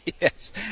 Yes